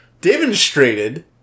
Demonstrated